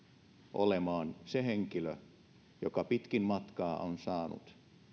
olemaan se henkilö joka pitkin matkaa on saanut